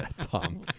Tom